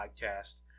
podcast